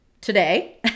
today